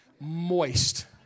Moist